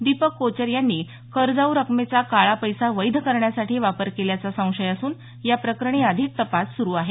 दीपक कोचर यांनी कर्जाऊ रकमेचा काळा पैसा वैध करण्यासाठी वापर केल्याचा संशय असून या प्रकरणी अधिक तपास सुरू आहे